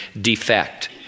defect